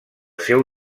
seu